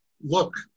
look